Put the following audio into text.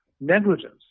negligence